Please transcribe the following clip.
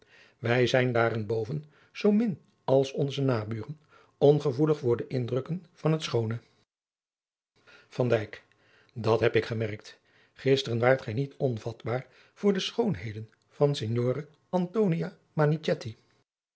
wij zijn daarenboven zoo min als onze naburen ongevoelig voor de indrukken van het schoone van dijk dat heb ik gemerkt gisteren waart gij niet onvatbaar voor de schoonheden van signore